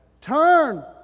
turn